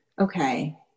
okay